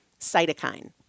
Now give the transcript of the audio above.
cytokine